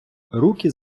руки